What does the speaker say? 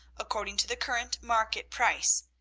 according to the current market price,